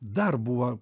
dar buvo